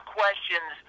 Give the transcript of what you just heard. questions